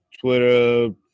Twitter